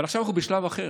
אבל עכשיו אנחנו בשלב אחר,